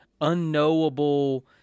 unknowable